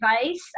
advice